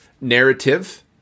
Narrative